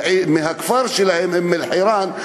מהכפר שלהם, אום-אלחיראן,